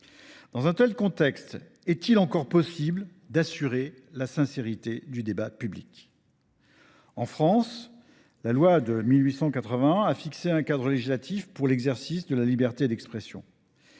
Dans un tel contexte, est il encore possible de garantir la sincérité du débat public ? En France, la loi de 1881 a fixé un cadre législatif pour l’exercice de la liberté d’expression,